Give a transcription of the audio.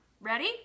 ready